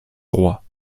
roi